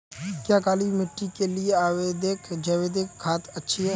क्या काली मिट्टी के लिए जैविक खाद अच्छी है?